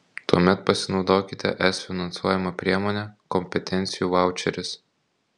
tuomet pasinaudokite es finansuojama priemone kompetencijų vaučeris